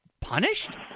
punished